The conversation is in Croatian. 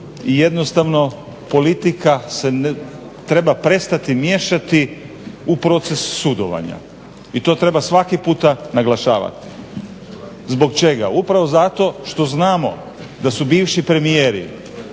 i jednostavno politika se treba prestati miješati u proces sudovanja. I to treba svaki puta naglašavati. Zbog čega? Upravo zato što znamo da su bivši premijeri